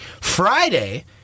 Friday